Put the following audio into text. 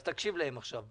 אז תקשיב להם עכשיו.